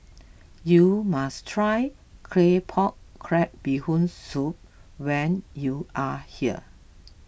you must try Claypot Crab Bee Hoon Soup when you are here